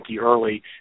early